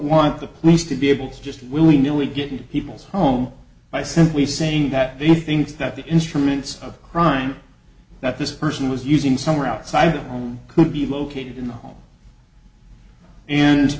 want the police to be able to just willy nilly get into people's home by simply saying that he thinks that the instruments of crime that this person was using somewhere outside the home could be located in the home and